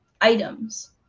items